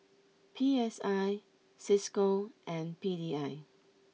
P S I Cisco and P D I